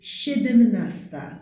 siedemnasta